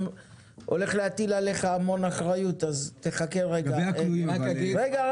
הולך להטיל עליך המון אחריות אז תחכה רגע.